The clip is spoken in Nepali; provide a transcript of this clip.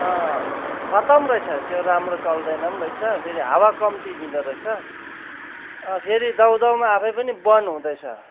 खत्तम रहेछ त्यो राम्रो चल्दैन पनि रहेछ फेरि हावा कम्ती दिँदो रहेछ फेरि दाउ दाउमा आफै पनि बन्द हुँदैछ